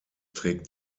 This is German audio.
trägt